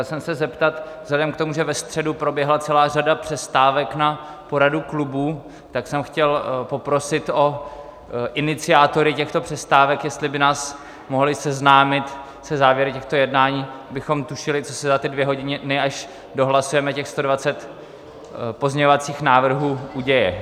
Chtěl jsem se zeptat vzhledem k tomu, že ve středu proběhla celá řada přestávek na poradu klubů, tak jsem chtěl poprosit iniciátory těchto přestávek, jestli by nás mohli seznámit se závěry těchto jednání, abychom tušili, co se za ty dvě hodiny, až dohlasujeme těch 120 pozměňovacích návrhů, stane.